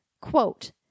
Quote